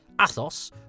Athos